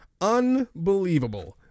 Unbelievable